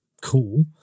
cool